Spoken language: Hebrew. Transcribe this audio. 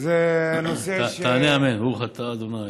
זה נושא, אגב, אדוני